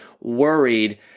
Worried